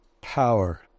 power